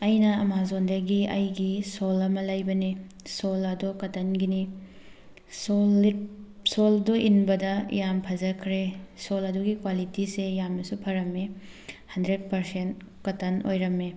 ꯑꯩꯅ ꯑꯥꯃꯥꯖꯣꯟꯗꯒꯤ ꯑꯩꯒꯤ ꯁꯣꯜ ꯑꯩꯃ ꯂꯩꯕꯅꯤ ꯁꯣꯜ ꯑꯗꯨ ꯀꯇꯟꯒꯤꯅꯤ ꯁꯣꯜꯗꯨ ꯏꯟꯕꯗ ꯌꯥꯝ ꯐꯖꯈ꯭ꯔꯦ ꯁꯣꯜ ꯑꯗꯨꯒꯤ ꯀ꯭ꯋꯥꯂꯤꯇꯤꯁꯦ ꯌꯥꯝꯅꯁꯨ ꯐꯔꯝꯃꯤ ꯍꯟꯗ꯭ꯔꯦꯗ ꯄꯥꯔꯁꯦꯟ ꯀꯇꯟ ꯑꯣꯏꯔꯝꯃꯤ